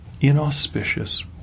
inauspicious